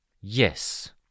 Yes